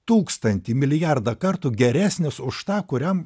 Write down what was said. tūkstantį milijardą kartų geresnis už tą kuriam